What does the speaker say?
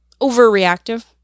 overreactive